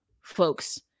folks